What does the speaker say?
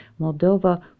Moldova